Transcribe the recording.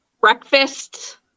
breakfast